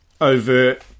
overt